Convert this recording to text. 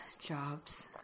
jobs